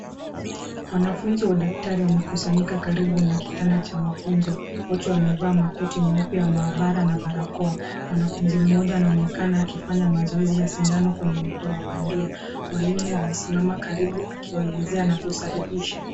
Wanafunzi wa udaktari wamekusanyika karibu na kitanda cha nafunzi. Wote wamevaa makoti meupe ya maabara na barakoa. Mwanafunzi mmoja anaonekana akifanya mazoezi ya sindano kwenye mguu wa bandia. Mwalimu amesimama karibu akiwaelezea na kusahihisha.